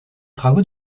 travaux